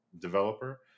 developer